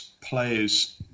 players